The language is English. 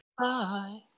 Bye